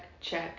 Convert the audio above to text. check